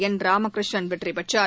என் ராமகிருஷ்ணன் வெற்றி பெற்றார்